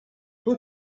who